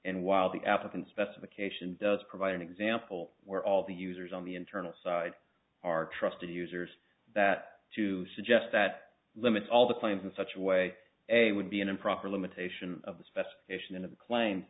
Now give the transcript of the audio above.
and while the applicant specification does provide an example where all the users on the internal side are trusted users that to suggest that limits all the claims in such a way a would be an improper limitation of the specification of the cla